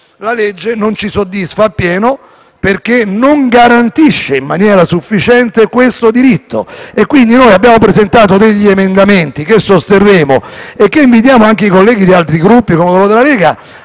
La legge non ci soddisfa appieno, perché non garantisce in maniera sufficiente questo diritto. Abbiamo quindi presentato degli emendamenti che sosterremo e che invitiamo anche i colleghi di altri Gruppi, come quello della Lega,